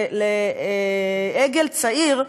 לעגל צעיר,